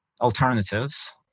alternatives